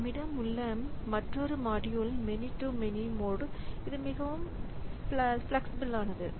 நம்மிடம் உள்ள மற்றொரு module many to many mode இது மிகவும் பிளக்ஸ்சிபில் ஆனது